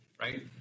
right